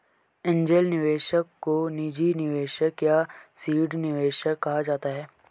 angel निवेशक को निजी निवेशक या सीड निवेशक कहा जाता है